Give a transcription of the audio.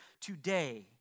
today